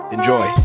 Enjoy